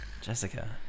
Jessica